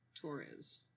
Torres